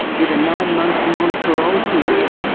with a nine-month non-parole period.